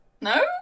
No